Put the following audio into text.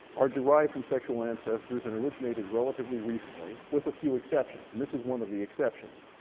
are derived from sexual ancestors and originated relatively recently, with a few exceptions, and this is one of the exceptions.